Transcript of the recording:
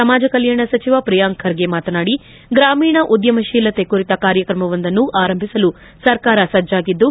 ಸಮಾಜ ಕಲ್ಟಾಣ ಸಚಿವ ಪ್ರಿಯಾಂಕ್ ಖರ್ಗೆ ಮಾತನಾಡಿ ಗ್ರಾಮೀಣ ಉದ್ದಮಶೀಲತೆ ಕುರಿತ ಕಾರ್ಯಕ್ರಮವೊಂದನ್ನು ಆರಂಭಿಸಲು ಸರ್ಕಾರ ಸಜ್ವಾಗಿದ್ದು